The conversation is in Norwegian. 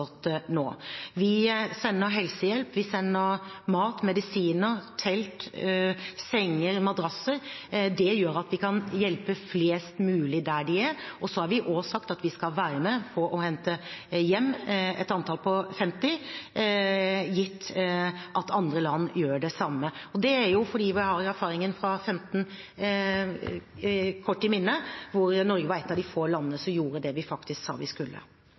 nå. Vi sender helsehjelp, vi sender mat og medisiner, telt, senger og madrasser. Det gjør at vi kan hjelpe flest mulig der de er. Så har vi også sagt at vi skal være med og hente hjem et antall på 50, gitt at andre land gjør det samme. Det er fordi vi har erfaringen fra 2015 friskt i minne, hvor Norge var et av de få landene som gjorde det de faktisk sa de skulle.